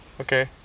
okay